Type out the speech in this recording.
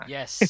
Yes